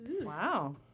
Wow